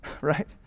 right